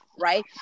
right